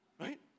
Right